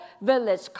village